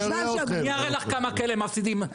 אני אראה לך כמה כאלה מפסידים,